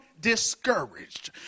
discouraged